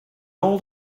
all